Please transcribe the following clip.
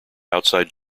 outside